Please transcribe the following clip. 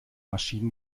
maschinen